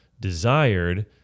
desired